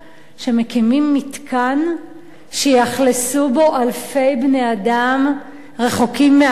שמקימים מתקן שיאכלסו בו אלפי בני-אדם רחוקים מהעין,